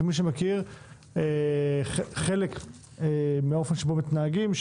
כמי שמכיר חלק מהאופן שבו מתנהגים,